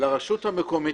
לרשות המקומית,